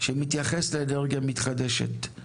שמתייחס לאנרגיה מתחדשת.